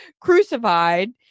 crucified